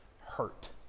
hurt